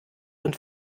und